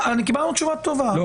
קיבלנו תשובה טובה,